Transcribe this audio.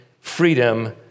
freedom